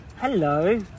Hello